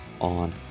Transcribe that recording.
on